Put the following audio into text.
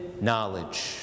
knowledge